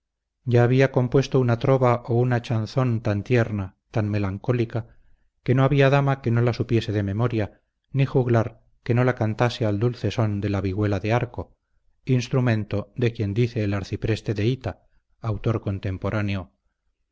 ya había compuesto una trova o una chanzón tan tierna tan melancólica que no había dama que no la supiese de memoria ni juglar que no la cantase al dulce son de la vihuela de arco instrumento de quien dice el arcipreste de hita autor contemporáneo